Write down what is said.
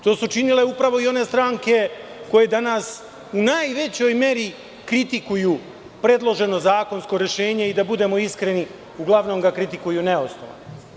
To su činile upravo i one stranke koje danas u najvećoj meri kritikuju predloženo zakonsko rešenje i, da budemo iskreni, uglavnom ga kritikuju neosnovano.